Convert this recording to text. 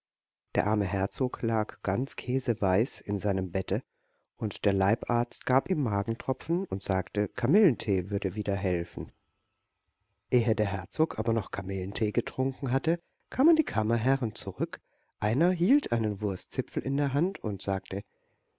der arme herzog lag ganz käseweiß in seinem bette und der leibarzt gab ihm magentropfen und sagte kamillentee würde wieder helfen ehe der herzog aber noch kamillentee getrunken hatte kamen die kammerherren zurück einer hielt einen wurstzipfel in der hand und sagte